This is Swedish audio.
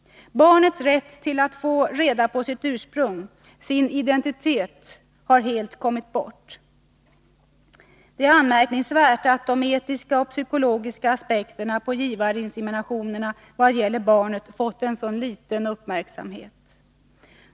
Barnets rätt till att få reda på sitt ursprung, sin identitet, har helt kommit bort. Det är anmärkningsvärt att de etiska och psykologiska aspekterna på givarinseminationerna vad gäller barnet fått så liten uppmärksamhet.